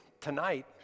tonight